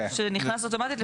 שמה שנכנס אוטומטית.